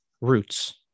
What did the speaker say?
roots